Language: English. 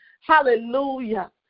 hallelujah